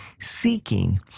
seeking